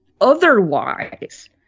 otherwise